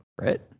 right